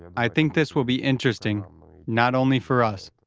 i think this will be interesting not only for us,